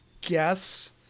guess